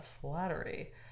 Flattery